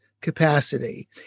capacity